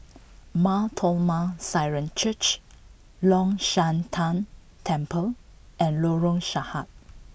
Mar Thoma Syrian Church Long Shan Tang Temple and Lorong Sahad